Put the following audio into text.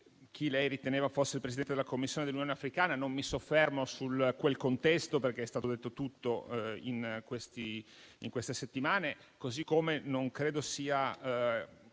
chi lei riteneva fosse il Presidente dell'Unione africana. Non mi soffermo sul quel contesto, perché è stato detto tutto in queste settimane, come pure non credo sia